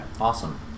Awesome